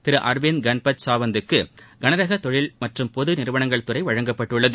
திரு அரவிந்த் கன்பத் சாவந்த் க்கு கனரக தொழில் மற்றும் பொது நிறுவனங்கள் துறை வழங்கப்பட்டுள்ளது